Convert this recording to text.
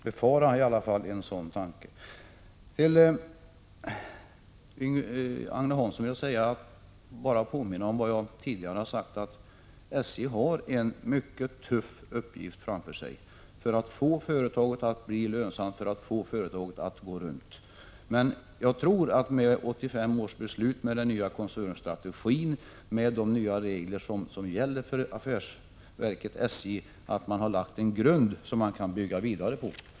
Jag vill påminna Agne Hansson om vad jag tidigare har sagt, nämligen att SJ har en mycket tuff uppgift framför sig, om företaget skall bli lönsamt. Med 1985 års beslut, med den nya koncernstrategin och med de nya regler som gäller för affärsverket SJ tror jag att det har lagts en grund som det går att bygga vidare på.